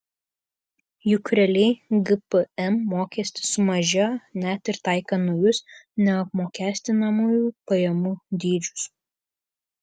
juk realiai gpm mokestis sumažėjo net ir taikant naujus neapmokestinamųjų pajamų dydžius